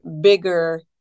bigger